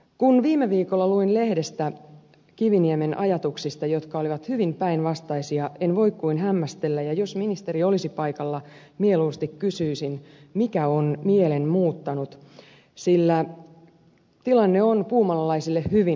kun viime viikolla luin lehdestä ministeri kiviniemen ajatuksista jotka olivat hyvin päinvastaisia en voi kuin hämmästellä ja jos ministeri olisi paikalla mieluusti kysyisin mikä on mielen muuttanut sillä tilanne on puumalalaisille hyvin hankala